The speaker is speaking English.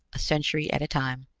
a century at a time.